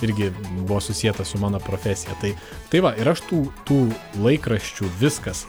irgi buvo susieta su mano profesija tai tai va ir aš tų tų laikraščių viskas